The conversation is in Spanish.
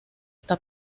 está